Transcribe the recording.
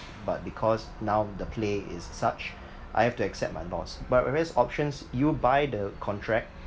but because now the play is such I have to accept my loss but whereas options you buy the contract